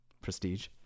Prestige